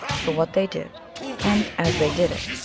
for what they did and as they did it,